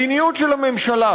מדיניות הממשלה,